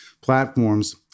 platforms